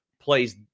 plays